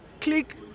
click